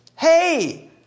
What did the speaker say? Hey